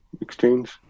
exchange